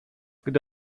gdy